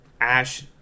Ash